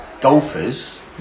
golfers